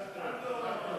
מזל טוב.